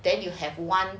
then you have one